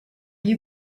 you